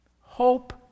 hope